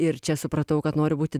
ir čia supratau kad noriu būti